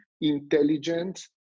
intelligent